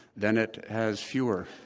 then it has fewer